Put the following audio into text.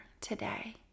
today